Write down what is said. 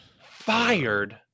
fired